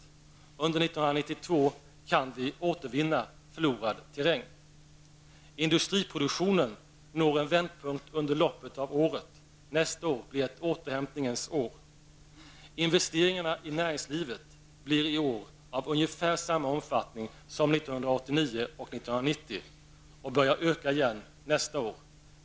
Under 1992 kan vi återvinna förlorad terräng. -- Industriproduktionen når en vändpunkt under loppet av året. Nästa år blir ett återhämtningens år. -- Investeringarna i näringslivet blir i år av ungefär samma omfattning som 1989 och 1990 och börjar öka igen nästa år.